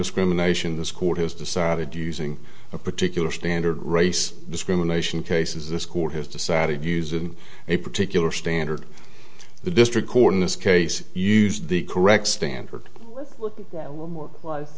discrimination this court has decided using a particular standard race discrimination cases this court has decided use in a particular standard the district court in this case used the correct standard